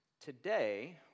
today